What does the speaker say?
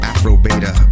Afro-Beta